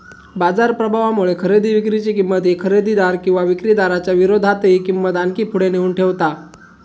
बाजार प्रभावामुळे खरेदी विक्री ची किंमत ही खरेदीदार किंवा विक्रीदाराच्या विरोधातही किंमत आणखी पुढे नेऊन ठेवता